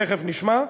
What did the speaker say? תכף נשמע.